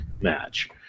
match